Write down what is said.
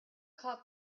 caught